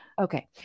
Okay